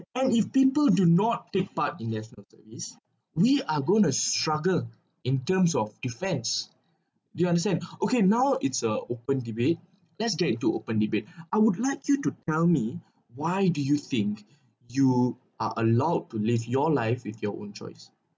and if people do not take part in the national service we are going to struggle in terms of defence do you understand okay now it's a open debate lets bate to open debate I would let you to tell me why do you think you are allowed to live your life with your own choice